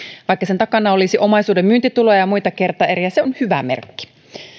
vaikka sen takana olisi omaisuuden myyntituloja ja muita kertaeriä se on hyvä merkki